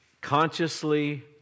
consciously